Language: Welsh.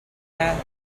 peth